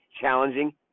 challenging